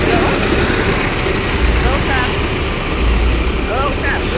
hello औ sir औ सार